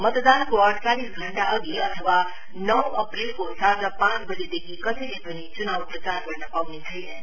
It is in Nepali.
मतदानको अइचालिस घण्टा अघि अथवा नौ अप्रेलको साँझ पाँच बजेदेखि कसैले पनि चुनाव प्रचार गर्न पाउने छैनन्